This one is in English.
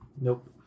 Nope